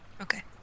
Okay